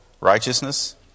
righteousness